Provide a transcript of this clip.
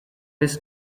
this